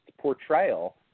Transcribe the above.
portrayal